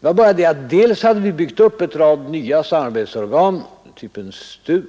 Det var bara det att dels hade vi byggt upp en rad nya samarbetsorgan av typen STU